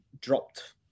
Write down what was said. dropped